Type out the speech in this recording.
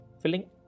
filling